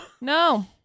No